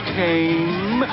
came